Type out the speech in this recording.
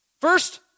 First